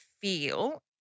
feel